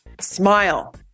Smile